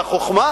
והחוכמה